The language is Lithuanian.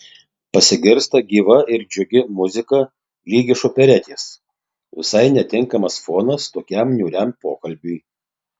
pasigirsta gyva ir džiugi muzika lyg iš operetės visai netinkamas fonas tokiam niūriam pokalbiui